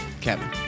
Kevin